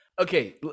Okay